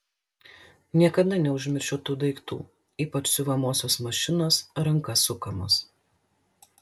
niekada neužmiršiu tų daiktų ypač siuvamosios mašinos ranka sukamos